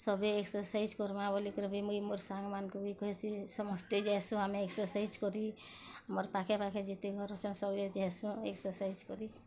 ସଭିଏଁ ଏକ୍ସରସାଇଜ୍ କରମାଁ ବୋଲି କରି ବି ମୁଇଁ ମୋର୍ ସାଙ୍ଗ୍ ମାନକୁ ବି କହେସି ସମସ୍ତେ ଯାଏସୁଁ ଆମେ ଏକ୍ସରସାଇଜ୍ କରି ମୋର୍ ପାଖେ ପାଖେ ଯେତେ ଘର୍ ଅଛନ୍ ସଭିଏଁ ଯାଏସୁଁଁ ଏକ୍ସରସାଇଜ୍ କରି